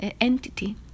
entity